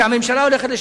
שהממשלה הולכת,